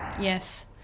Yes